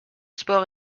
sport